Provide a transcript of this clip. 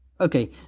Okay